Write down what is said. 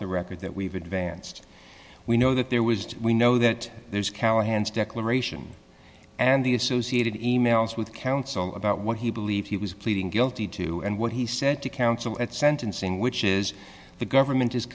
the record that we've advanced we know that there was we know that there's callahan's declaration and the associated e mails with counsel about what he believed he was pleading guilty to and what he said to counsel at sentencing which is the government is